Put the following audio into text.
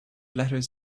letters